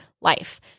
life